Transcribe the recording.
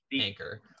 anchor